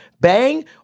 bang